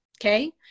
Okay